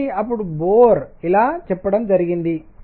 కాబట్టి అప్పుడు బోర్ ఇలా చెప్పడం జరిగింది